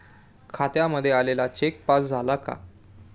खात्यामध्ये आलेला cheque pass झाला का?